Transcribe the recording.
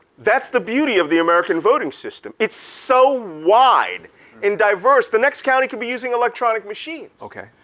that's the beauty of the american voting system. it's so wide and diverse. the next county could be using electronic machines. okay.